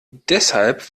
deshalb